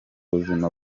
buzima